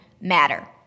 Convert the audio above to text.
matter